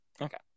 Okay